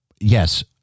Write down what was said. yes